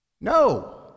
no